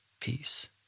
peace